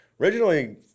Originally